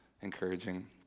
encouraging